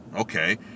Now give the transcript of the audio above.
Okay